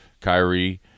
Kyrie